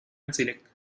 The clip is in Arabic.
منزلك